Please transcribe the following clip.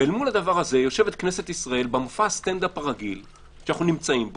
מול זה יושבת כנסת ישראל במופע הסטנדאפ הרגיל שאנו נמצאים בו,